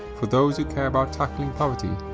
for those who care about tackling poverty,